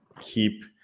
keep